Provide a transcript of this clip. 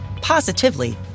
positively